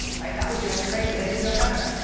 right? that was yesterday. today's no better.